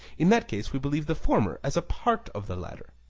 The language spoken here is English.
in that case we believe the former as a part of the latter.